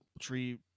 tree